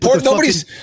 nobody's